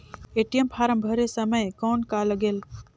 ATM form भरे समय कौन का लगेल?